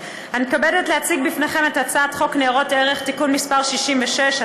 אני מתכבדת להציג בפניכם את הצעת חוק ניירות ערך (תיקון מס' 66),